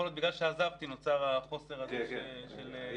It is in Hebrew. יכול להיות שבגלל שעזבתי נוצר החוסר הזה של חמאה.